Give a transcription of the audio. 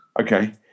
okay